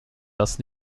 das